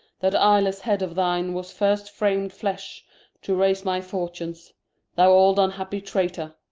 that eye-less head of thine was first fram'd flesh to raise my fortunes thou old unhappy traytor,